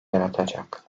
yaratacak